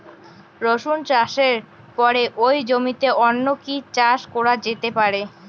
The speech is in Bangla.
রসুন চাষের পরে ওই জমিতে অন্য কি চাষ করা যেতে পারে?